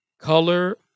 color